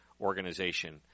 organization